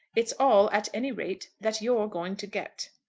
it's all, at any rate, that you're going to get.